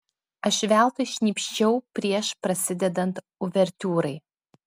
aš veltui šnypščiau prieš prasidedant uvertiūrai